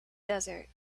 desert